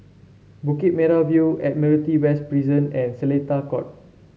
Bukit Merah View Admiralty West Prison and Seletar Court